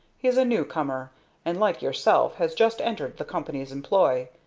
he's a new-comer, and, like yourself, has just entered the company's employ.